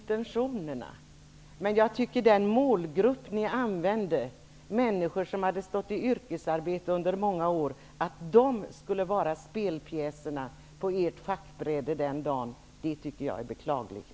Herr talman! Jag kan förstå intentionerna. Men det är beklagligt att ni använde en målgrupp bestående av människor som varit yrkesarbetande i många år som pjäser på ert schackbräde.